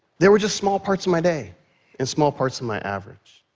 they were just small parts of my day and small parts of my average.